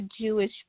Jewish